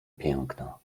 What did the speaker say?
piękna